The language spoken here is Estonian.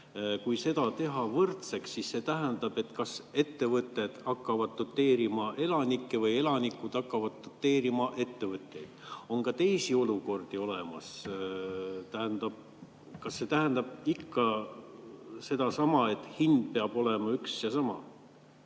poolest teha võrdseks, siis see tähendab, et kas ettevõtted hakkavad doteerima elanikke või elanikud hakkavad doteerima ettevõtteid. On ka teisi olukordi olemas. Kas see tähendab ikka sedasama, et hind peab olema üks ja sama?